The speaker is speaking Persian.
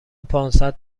پانصد